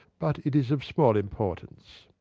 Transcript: but it is of small importance.